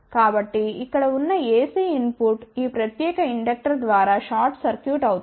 కాబట్టి ఇక్కడ ఉన్న AC ఇన్ పుట్ ఈ ప్రత్యేక ఇండక్టర్ ద్వారా షార్ట్ సర్క్యూట్ అవుతుంది